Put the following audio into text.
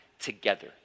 together